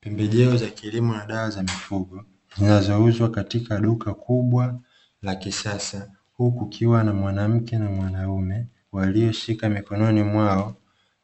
Pembejeo za kilimo na dawa za mafungu zinazouzwa katika duka kubwa la kisasa, huku kukiwa na mwanamke na mwanaume walioshika mikononi mwao